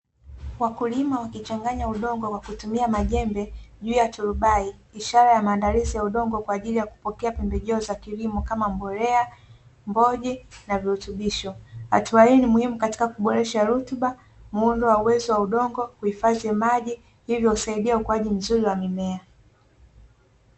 Wakulima wakichanyanya udongo kwa kutumia majembe juu ya turubai. Ishara ya maandalizi ya udongo kwa ajili ya kupokea pembejeo za kilimo kama vile; mbolea, mboji na virutubisho. Hatua hii ni muhimu katika kuboresha rutuba, muundo wa udongo, hivyo husaidia ukuaji mzuri wa mimea.